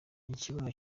ikibuno